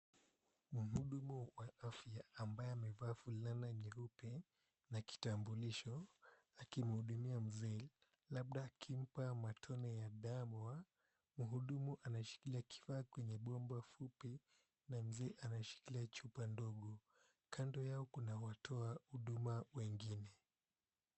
Mhudumu wa afya ambaye amevaa fulana nyeupe na kitambulisho akimhudumia mzee labda akimpa matone ya damu. Mhudumu ameshikilia kifaa kwenye bomba fupi na mzee anashikilia chupa ndogo. kando yao kuna watu wahuduma nyingine.